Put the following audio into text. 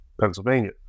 pennsylvania